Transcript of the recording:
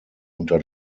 unter